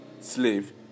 slave